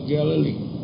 Galilee